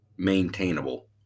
maintainable